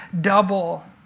double